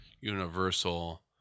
universal